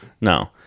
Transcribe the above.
No